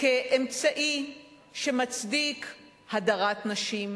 כאמצעי שמצדיק הדרת נשים,